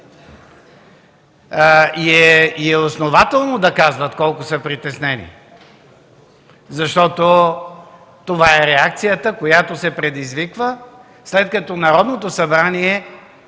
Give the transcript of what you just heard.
Основателно е да казват колко са притеснени, защото това е реакцията, която се предизвиква след като Народното събрание